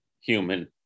human